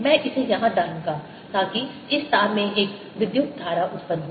मैं इसे यहां डालूंगा ताकि इस तार में एक विद्युत धारा उत्पन्न हो